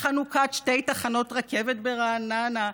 חנוכת שתי תחנות רכבת ברעננה,